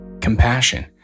Compassion